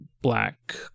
black